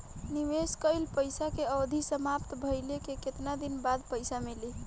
निवेश कइल पइसा के अवधि समाप्त भइले के केतना दिन बाद पइसा मिली?